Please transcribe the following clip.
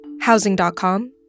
housing.com